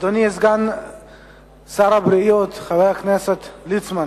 אדוני סגן שר הבריאות, חבר הכנסת ליצמן,